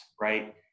right